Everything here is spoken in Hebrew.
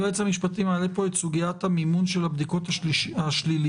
היועץ המשפטי מעלה פה את סוגיית המימון של הבדיקות השליליות.